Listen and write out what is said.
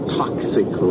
toxic